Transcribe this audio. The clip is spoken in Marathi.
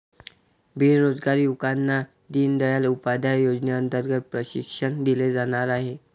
बेरोजगार युवकांना दीनदयाल उपाध्याय योजनेअंतर्गत प्रशिक्षण दिले जाणार आहे